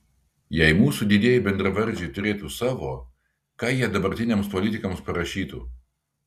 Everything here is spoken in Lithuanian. jei mūsų didieji bendravardžiai turėtų savo ką jie dabartiniams politikams parašytų